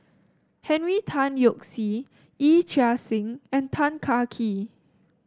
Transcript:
Henry Tan Yoke See Yee Chia Hsing and Tan Kah Kee